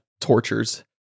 tortures